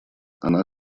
она